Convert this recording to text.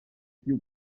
più